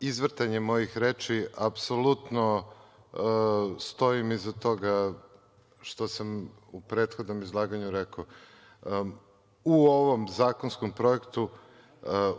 izvrtanje mojih reči. Apsolutno stojim iza toga što sam u prethodnom izlaganju rekao.U ovom zakonskom projektu